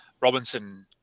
Robinson